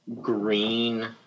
green